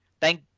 thank